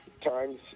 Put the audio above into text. times